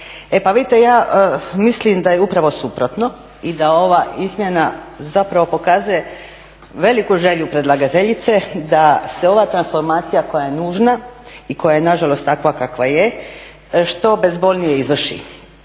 E pa vidite ja mislim da je upravo suprotno i da ova izmjena zapravo pokazuje veliku želju predlagateljice da se ova transformacija koja je nužna i koja je nažalost takva kakva je što bezbolnije izvrši.